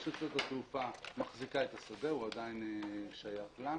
רשות שדות התעופה מחזיקה את השדה- הוא עדיין שייך לה.